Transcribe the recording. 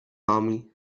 army